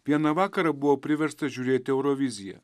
vieną vakarą buvau priverstas žiūrėti euroviziją